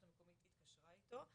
המקומית או שרשות המקומית התקשרה איתו.